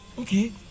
Okay